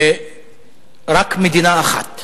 ורק מדינה אחת,